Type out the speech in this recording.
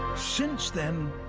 since then,